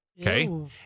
Okay